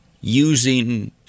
using